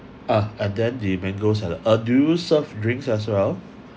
ah and than the mango salad uh do you serve drinks as well